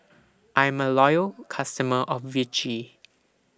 I'm A Loyal customer of Vichy